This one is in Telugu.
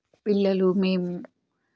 పిల్లలు మేము